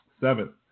Seven